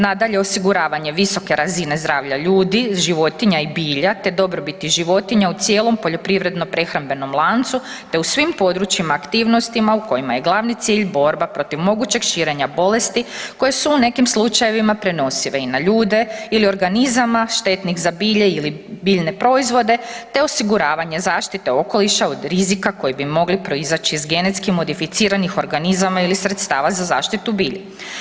Nadalje, osiguravanje visoke razine zdravlja ljudi, životinja i bilja te dobrobiti životinja u cijelom poljoprivredno-prehrambenom lancu te u svim područjima aktivnostima u kojima je glavni cilj borba protiv mogućeg širenja bolesti koje su u nekim slučajevima prenosive i na ljude ili organizama štetnih za bilje ili biljne proizvode te osiguravanje zaštite okoliša od rizika koji bi mogli proizaći iz GMO-a ili sredstva za zaštitu bilja.